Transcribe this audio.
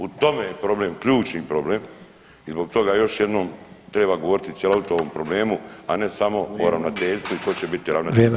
U tome je problem, ključni problem i zbog toga još jednom treba govoriti cjelovito o ovom problemu, a ne samo o ravnateljstvu i tko će biti ravnatelj, bit će neki…